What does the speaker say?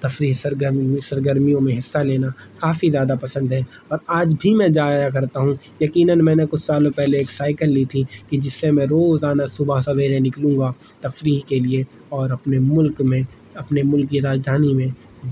تفریح سرگرم سرگرمیوں میں حصہ لینا کافی زیادہ پسند ہے اور آج بھی میں جایا کرتا ہوں یقیناً میں نے کچھ سالوں پہلے ایک سائیکل لی تھی کہ جس سے میں روزانہ صبح سویرے نکلوں گا تفریح کے لیے اور اپنے ملک میں اپنے ملک کی راجدھانی میں